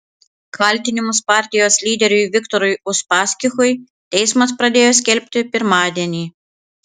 kaltinimus partijos lyderiui viktorui uspaskichui teismas pradėjo skelbti pirmadienį